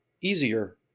easier